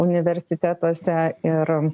universitetuose ir